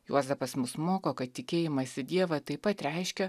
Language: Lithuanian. juozapas mus moko kad tikėjimas į dievą taip pat reiškia